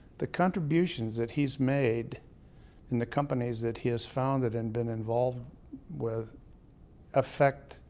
the contributions that he's made and the companies that he has founded and been involved with affect,